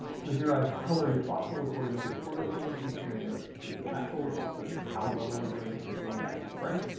so here i've colored each voxel, according to its correlation between the predicted and actual response. so it's how well we're doing at predicting that piece of brain.